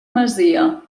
masia